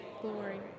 glory